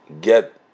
Get